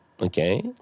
Okay